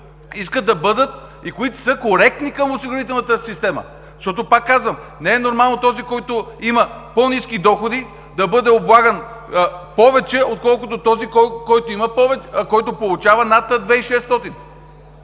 искат да бъдат осигурявани и са коректни към осигурителната система. Пак казвам: не е нормално този, който има по-ниски доходи, да бъде облаган повече, отколкото този, който получава над 2600?